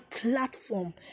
platform